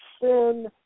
sin